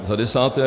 Za desáté.